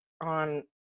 on